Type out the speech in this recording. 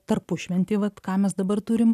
tarpušventį vat ką mes dabar turim